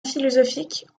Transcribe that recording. philosophiques